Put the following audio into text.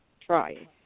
Try